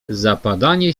zapadanie